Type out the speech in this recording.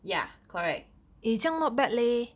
ya correct